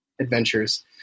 adventures